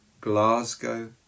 Glasgow